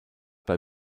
bei